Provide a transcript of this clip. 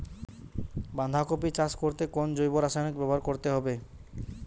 বাঁধাকপি চাষ করতে কোন জৈব রাসায়নিক ব্যবহার করতে হবে?